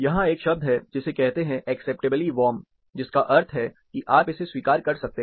यहां एक शब्द है जिसे कहते हैं एक्सेप्टेबली वार्म जिसका अर्थ है कि आप इसे स्वीकार कर सकते हैं